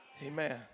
Amen